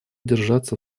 держаться